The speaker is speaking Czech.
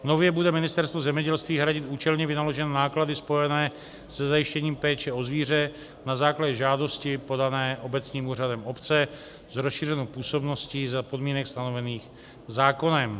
Nově bude Ministerstvo zemědělství hradit účelně vynaložené náklady spojené se zajištěním péče o zvíře na základě žádosti podané obecním úřadem obce s rozšířenou působností za podmínek stanovených zákonem.